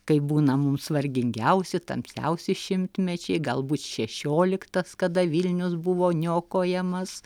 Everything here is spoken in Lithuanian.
kai būna mūsų vargingiausi tamsiausi šimtmečiai galbūt šešioliktas kada vilnius buvo niokojamas